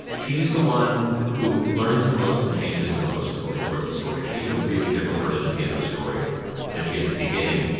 she is the one who learns the most and changes the most over the course the story. she is a really different person at the end of the story than she is at the beginning.